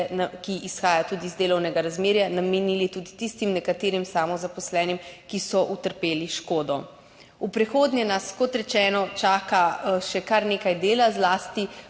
ki izhajajo iz delovnega razmerja, namenili tudi tistim nekaterim samozaposlenim, ki so utrpeli škodo. V prihodnje nas, kot rečeno, čaka še kar nekaj dela, zlasti